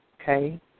Okay